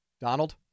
Donald